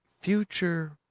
future